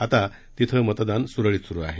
आता तिथं मतदान सुरळीत सुरू आहे